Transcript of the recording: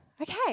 Okay